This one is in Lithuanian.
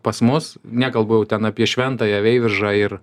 pas mus nekalbu jau ten apie šventąją veiviržą ir